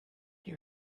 you